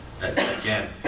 Again